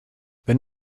wenn